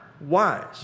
wise